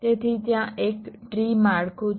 તેથી ત્યાં એક ટ્રી માળખું છે